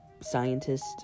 scientist